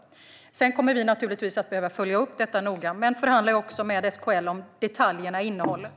Sedan kommer vi naturligtvis att behöva följa upp detta noga. Men vi förhandlar också med SKL om detaljerna i innehållet.